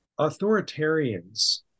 Authoritarians